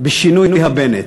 בשינוי הבנט.